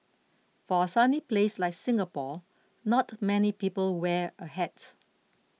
for a sunny place like Singapore not many people wear a hat